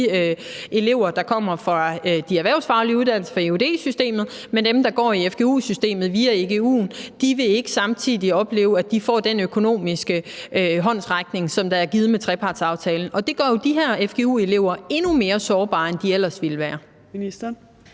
de elever, der kommer fra de erhvervsfaglige uddannelser, altså fra eud-systemet. Men dem, der går i fgu-systemet via egu'en, vil ikke samtidig opleve, at de får den økonomiske håndsrækning, der er givet med trepartsaftalen. Det gør jo de her fgu-elever endnu mere sårbare, end de ellers ville være. Kl.